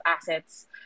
assets